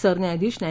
सरन्यायाधीश न्या